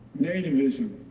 nativism